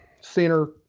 center